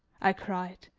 i cried.